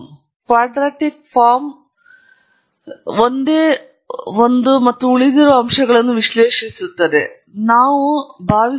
quadratic ಪ್ರವೃತ್ತಿಯು ಒಂದೇ ಒಂದು ಮತ್ತು ಉಳಿದಿರುವ ಅಂಶಗಳನ್ನು ವಿಶ್ಲೇಷಿಸುತ್ತದೆ ಎಂದು ನಾವು ಭಾವಿಸುತ್ತೇವೆ